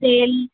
तेल